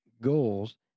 goals